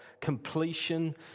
completion